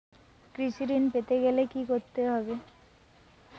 কৃষি ঋণ পেতে গেলে কি করতে হবে?